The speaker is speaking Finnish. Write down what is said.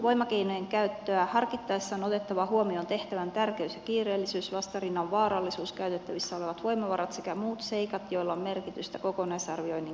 voimakeinojen käyttöä harkittaessa on otettava huomioon tehtävän tärkeys ja kiireellisyys vastarinnan vaarallisuus käytettävissä olevat voimavarat sekä muut seikat joilla on merkitystä kokonaisarvioinnin kannalta